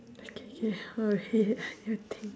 I can hear y~ wait I need to think